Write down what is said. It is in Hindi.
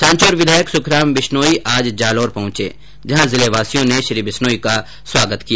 सांचौर विधायक सुखराम बिश्नोई आज जालौर पहुंचे जहां जिलेवासियों ने श्री बिश्नोई का स्वागत किया